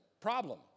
Problem